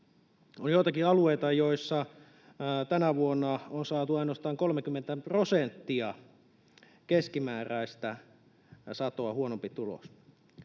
on joitakin alueita, joilla tänä vuonna on ainoastaan saatu 30 prosenttia keskimääräistä satoa huonompi tulos.